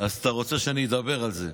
אז אתה רוצה שאני אדבר על זה.